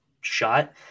shot